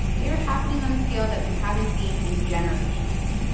they are happening on a scale that we haven't seen in generations.